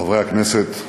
חברי הכנסת,